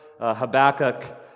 Habakkuk